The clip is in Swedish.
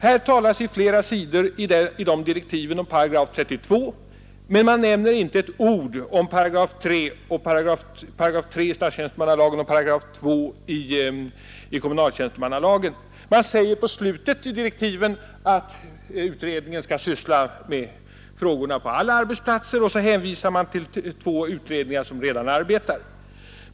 Här talas på flera sidor i dessa direktiv om § 32, men man nämner inte ett ord om 3 § i statstjänstemannalagen och 28 i kommunaltjänstemannalagen. Man säger på slutet i direktiven att utredningen skall syssla med frågor som gäller alla arbetsplatser. Det hänvisas till två utredningar som redan arbetar.